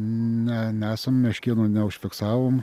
ne nesam meškėnų neužfiksavom